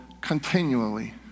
continually